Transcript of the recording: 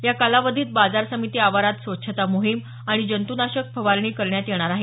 या कालावधीत बाजार समिती आवारात स्वच्छता मोहीम आणि जंतुनाशक फवारणी करण्यात येणार आहे